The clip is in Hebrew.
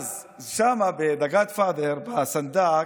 אז שם ב-The Godfather, בסנדק,